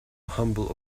humble